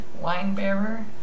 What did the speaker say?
wine-bearer